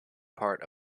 part